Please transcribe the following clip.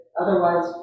otherwise